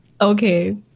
Okay